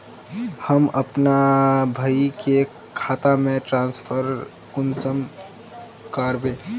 हम अपना भाई के खाता में ट्रांसफर कुंसम कारबे?